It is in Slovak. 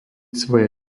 svoje